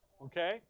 Okay